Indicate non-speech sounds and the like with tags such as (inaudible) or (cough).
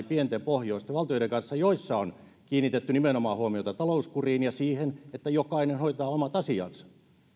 (unintelligible) pienten pohjoisten valtioiden kanssa joissa on kiinnitetty huomiota nimenomaan talouskuriin ja siihen että jokainen hoitaa omat asiansa